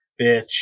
bitch